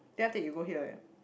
then after that you go here right